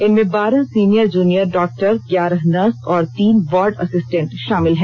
इनमें बारह senior junior doctor ग्यारह नर्स और तीन वार्ड असिस्टेंट शामिल है